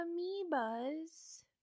Amoebas